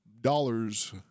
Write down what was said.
dollars